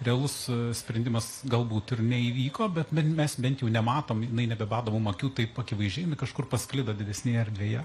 realus sprendimas galbūt ir neįvyko bet bet mes bent jau nematom jinai nebebado mum akių taip akivaizdžiai jinai kažkur pasklido didesnėje erdvėje